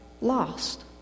lost